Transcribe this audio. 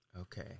Okay